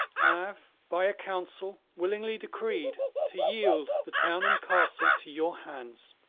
have by a counsel willingly decreed to yield the town and castle to your hands,